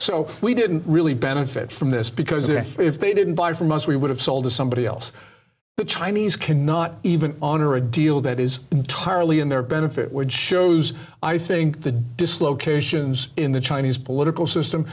so we didn't really benefit from this because if they didn't buy from us we would have sold to somebody else the chinese cannot even honor a deal that is entirely in their benefit would shows i think the dislocations in the chinese political system